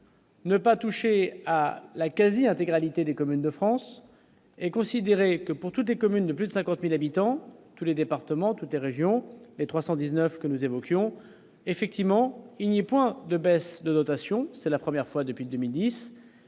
Ne pas toucher à la quasi-intégralité des communes de France et considéré que pour toutes les communes de plus de 50000 habitants, tous les départements, toutes les régions, les 319 que nous évoquions, effectivement, il n'y a point de baisse de notation, c'est la première fois depuis 2010